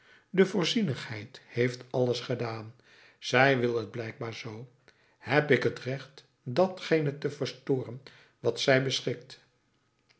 de voorzienigheid heeft alles gedaan zij wil het blijkbaar zoo heb ik het recht datgene te verstoren wat zij beschikt